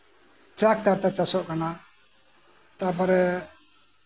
tractor ᱛᱮ ᱪᱟᱥᱚᱜ ᱠᱟᱱᱟ